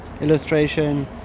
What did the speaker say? illustration